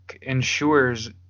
ensures